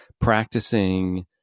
practicing